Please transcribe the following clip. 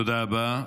תודה רבה.